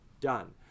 Done